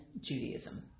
Judaism